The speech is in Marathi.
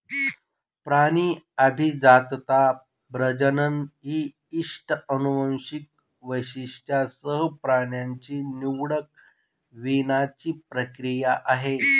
प्राणी अभिजातता, प्रजनन ही इष्ट अनुवांशिक वैशिष्ट्यांसह प्राण्यांच्या निवडक वीणाची प्रक्रिया आहे